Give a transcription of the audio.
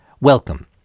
welcome